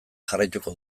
jarraituko